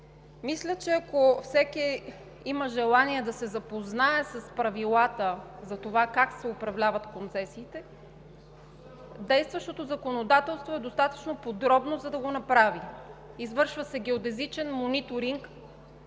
мисля, че ако всеки има желание да се запознае с правилата за това как се управляват концесиите, действащото законодателство е достатъчно подробно. За да го направи, се извършва геодезичен мониторинг